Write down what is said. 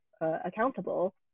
accountable